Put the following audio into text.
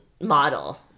model